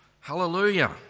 Hallelujah